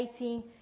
18